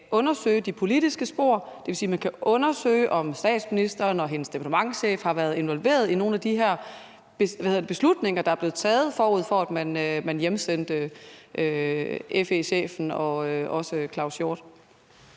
undersøge de politiske spor, og det vil sige, at man kan undersøge, om statsministeren og hendes departementschef har været involveret i nogle af de beslutninger, der er blevet taget, forud for at man hjemsendte FE-chefen og også i forhold